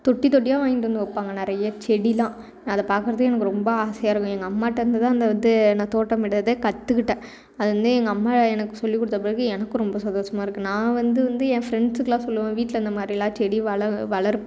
தொட்டி தொட்டியாக வாங்கிட்டு வந்து வைப்பாங்க நிறையா செடிலாம் நான் அதை பார்க்குறதுக்கே எனக்கு ரொம்ப ஆசையாக இருக்கும் எங்கள் அம்மாகிட்டேருந்து தான் அந்த இது நான் தோட்டமிடுறதை கற்றுக்கிட்டேன் அது வந்து எங்கள் அம்மா சொல்லிக் கொடுத்த பிறகு எனக்கு ரொம்ப சந்தோஷமாக இருக்குது நான் வந்து வந்து என் ஃபிரெண்ட்ஸுக்கெலாம் சொல்லுவேன் வீட்டில் இந்த மாதிரிலாம் செடி வள வளர்